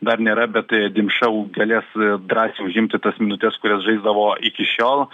dar nėra bet dimša galės drąsiai užimti tas minutes kurias žaisdavo iki šiol